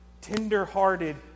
Tender-hearted